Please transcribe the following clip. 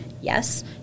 Yes